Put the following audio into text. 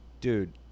dude